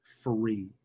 free